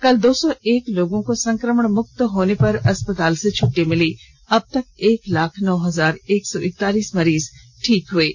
कल दो सौ एक लोगों को संक्रमण मुक्त होने पर अस्पताल से छट्टी मिली है अबतक एक लाख नौ हजार एक सौ एकतालीस मरीज ठीक हुए हैं